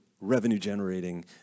revenue-generating